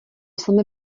samé